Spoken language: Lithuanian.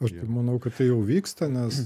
aš tai manau kad tai jau vyksta nes